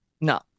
no